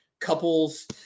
couples